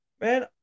man